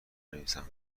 بنویسم